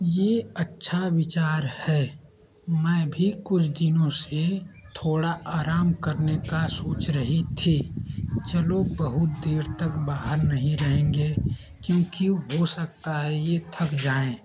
यह अच्छा विचार है मैं भी कुछ दिनों से थोड़ा आराम करने की सोच रही थी चलो बहुत देर तक बाहर नहीं रहेंगे क्योंकि हो सकता है यह थक जाए